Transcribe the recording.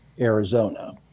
Arizona